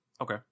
okay